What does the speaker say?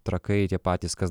trakai tie patys kas